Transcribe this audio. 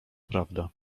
prawda